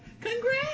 Congrats